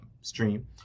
stream